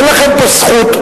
אין לכם פה זכות.